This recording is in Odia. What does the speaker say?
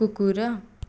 କୁକୁର